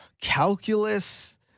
Calculus